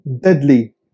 deadly